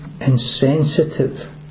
insensitive